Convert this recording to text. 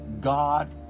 God